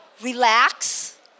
Relax